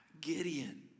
Gideon